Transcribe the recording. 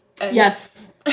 Yes